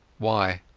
why,